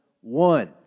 One